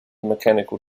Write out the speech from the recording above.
mechanical